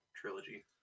trilogy